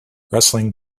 wrestling